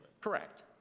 Correct